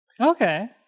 Okay